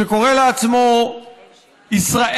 שקורא לעצמו "ישראל,